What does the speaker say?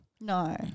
no